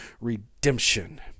redemption